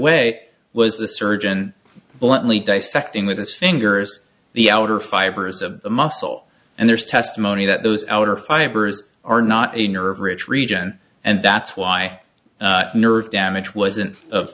was the surgeon bluntly dissecting with his fingers the outer fibers of the muscle and there's testimony that those outer fibers are not a nerve rich region and that's why nerve damage wasn't